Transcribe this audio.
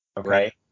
right